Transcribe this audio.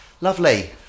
Lovely